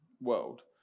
world